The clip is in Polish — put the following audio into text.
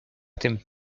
tym